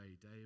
day